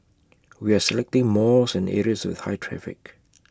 we are selecting malls and areas with high traffic